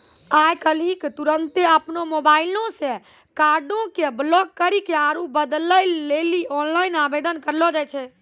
आइ काल्हि तुरन्ते अपनो मोबाइलो से कार्डो के ब्लाक करि के आरु बदलै लेली आनलाइन आवेदन करलो जाय छै